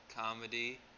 comedy